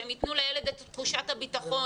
שהם ייתנו לילד את תחושת הביטחון.